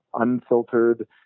unfiltered